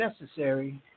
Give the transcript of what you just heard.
necessary